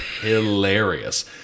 hilarious